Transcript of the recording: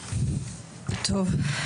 בבקשה.